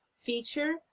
feature